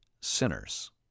sinners